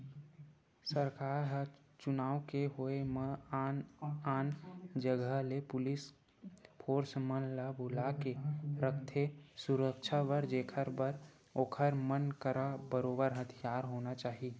सरकार ह चुनाव के होय म आन आन जगा ले पुलिस फोरस मन ल बुलाके रखथे सुरक्छा बर जेखर बर ओखर मन करा बरोबर हथियार होना चाही